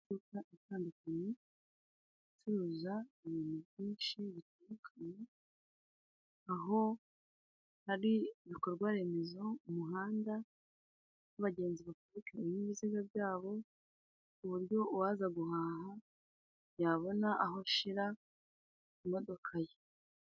Amaduka atandukanye acuruza ibintu byinshi bitandukanye , aho hari ibikorwa remezo ,umuhanda, aho abagenzi baparika ibinyabiziga byabo ku buryo uwaza guhaha yabona aho ashira imodoka ye.